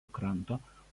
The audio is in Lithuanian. kranto